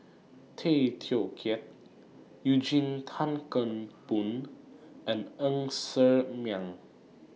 Tay Teow Kiat Eugene Tan Kheng Boon and Ng Ser Miang